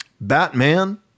Batman